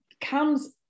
comes